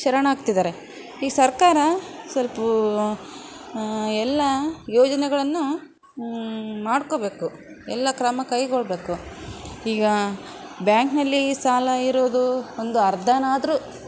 ಶರಣಾಗ್ತಿದ್ದಾರೆ ಈ ಸರ್ಕಾರ ಸ್ವಲ್ಪ ಎಲ್ಲ ಯೋಜನೆಗಳನ್ನು ಮಾಡ್ಕೊಬೇಕು ಎಲ್ಲ ಕ್ರಮ ಕೈಗೊಳ್ಳಬೇಕು ಈಗ ಬ್ಯಾಂಕ್ನಲ್ಲಿ ಸಾಲ ಇರೋದು ಒಂದು ಅರ್ಧನಾದ್ರೂ